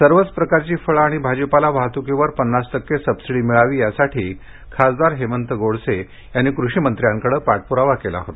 सर्वच प्रकारची फळं आणि भाजीपाला वाहतुकीवर पन्नास टक्के सबसिडी मिळावी यासाठी खासदार हेमंत गोडसे यांनी कृषिमंत्र्यांकडे पाठपुरावा केला होता